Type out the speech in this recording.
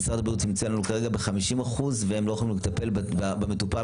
שמשרד הבריאות צמצם כרגע ב-50% ושהם לא יכולים לטפל במטופל